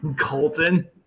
Colton